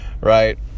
right